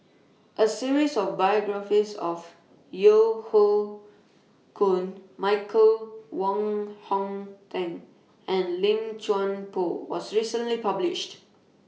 A series of biographies of Yeo Hoe Koon Michael Wong Hong Teng and Lim Chuan Poh was recently published